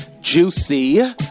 juicy